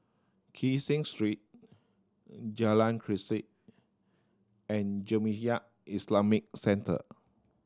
Kee Seng Street Jalan Grisek and Jamiyah Islamic Centre